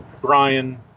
Brian